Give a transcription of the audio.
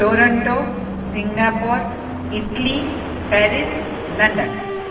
Toronto Singapore Italy Paris London